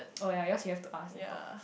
oh yea yours you have to ask and talk